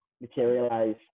materialize